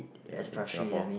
in in Singapore